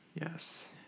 Yes